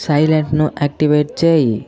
సైలెంట్ను activate చేయి